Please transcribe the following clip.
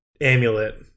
amulet